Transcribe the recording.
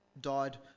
died